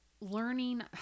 learning